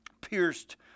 Pierced